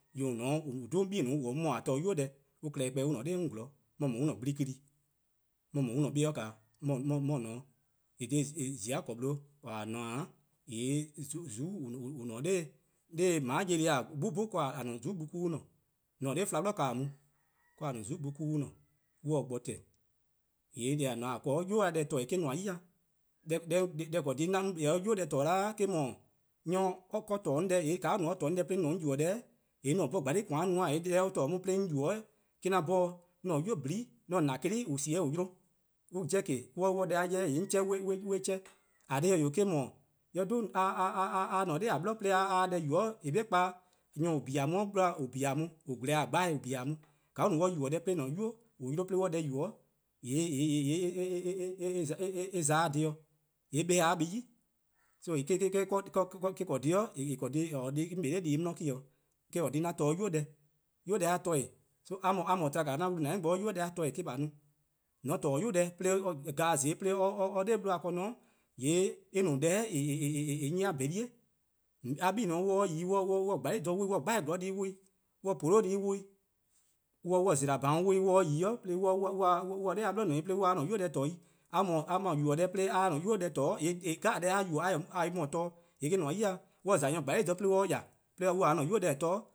Nyor+ :on :ne-a 'o :on 'dhu-a 'on 'bei' :on :ne 'mor-' :a torne'-a, 'an klehkpeh on 'o 'on 'zorn, 'mor no an-a' gblikili, 'mor no an-a'a' beor :naa :on :ne 'o. :yee' dha :zi-a :korn 'bluh :a :ne-a, :yee' :zuku' :on :ne-a 'nor ma 'yedi-a' 'gbu 'bhun 'de :a-a' :zuku'-gbu :ne, :mor :on :ne 'nor flan 'bli ka-' mu-dih, 'de :a-a' :zuku' gbu :ne, on se bo :tehn. :yee' deh :a :ne-a ken 'yu-a deh :torne' eh-: nmor 'yi-dih, deh :eh :korn-a dhih 'de 'on kpa 'o 'nynuu: deh :torne'-dih 'da-' eh 'dhu, nyor 'o :or :torne' 'on deh, :yee' :ka or no-a 'o 'deh :or :torne' 'on deh, 'deh 'on yubo-a deh-', :yee' 'on se :koan 'sluh-a no 'dhorn, :yee' deh or :torne'-a 'on 'de 'on yubo-a, :yee' eh-: 'an 'dbhorn 'an-a :nynuu: :nyene', 'an :nah 'kan+ en sie-a 'de :en yi-a 'de 'an 'jeh :ke 'on 'ye deh 'on chean on 'ye-eh chean, :eh :korn dhih-eh 'wee' eh 'dhu a :ne 'noror' :a 'bli 'de a 'ye deh yubo :eh 'korn 'be kpa-' nyor+ :on biin-a on, 'bluhba :or biin-a on, :on :gle-a gbeheh' :on biin-a on, :ka on no 'de on yubo-a deh :mor :an-a' 'nynuu no 'de on 'ye deh yubo-' :yee' eh za-a dhih ken, eh 'beh-dih a buh+ 'i. so. eh-: :korn dhih 'de 'on kpa 'nor deh+ :daa 'di, eh-: :korn dhih 'an torne' 'nynuu: deh. 'Nynuu-a deh :torn-dih-eh, so a :mor :or to-a 'wlu, 'nynuu-a deh :torne' eh-: :a 'ye no, :mor :on :torne' 'yu deh :g;aa'e: zeen 'de or 'ye :dha 'bluhba ken :ne, :yee' eh no deh :nyi-a :bhorlie', a 'bei' on :se 'de 'yi 'i on :se-' :dha 'sluh 'wluh 'i, on :se 'gbaezorn 'i 'wluh 'i, on :se :putu 'i 'wluh 'i, 'on :se :zela-bhanon 'wluh 'i on :se 'de yi 'de on se :noror' a 'bli :ne 'i 'de on :se-' a 'nynuu deh :torne' 'i, a :mor :or yubo-a deh 'de a 'ye a-a'a: 'nynuu: deh :torne', deh 'jeh a yubo :mor a taa on-a torne' :yee' :eh-: :mnmor 'yi-dih, :mor 'on :za nyor :dhe 'sluh 'de on 'ye 'or 'de :ya, :mor or :taa :a-a'a: 'nynuu: deh-a torne', 'nynuu' deh,